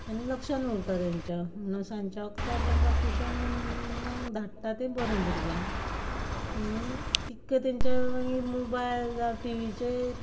आनी लक्षान उरता तेंच्या म्हणून सांच्या वकतार तेंकां ट्युशनाक धाडटा तें बरें भुरग्यांक आनी तितकें तेंच्या मागीर मोबायल जावं टिवीचेर